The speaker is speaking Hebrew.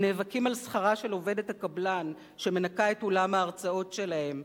ונאבקים על שכרה של עובדת הקבלן שמנקה את אולם ההרצאות שלהם.